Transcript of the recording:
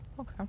Okay